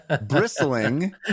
bristling